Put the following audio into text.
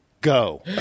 Go